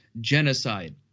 genocide